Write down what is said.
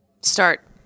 start